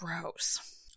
gross